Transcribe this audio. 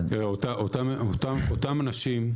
אותם אנשים,